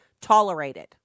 tolerated